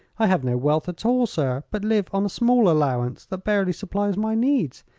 i have no wealth at all, sir, but live on a small allowance that barely supplies my needs.